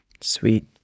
sweet